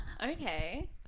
Okay